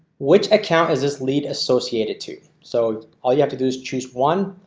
which account is this lead associated to so all you have to do is choose one.